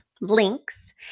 links